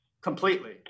Completely